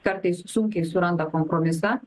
kartais sunkiai suranda kompromisą